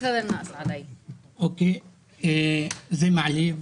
זה מעליב,